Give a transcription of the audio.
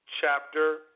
chapter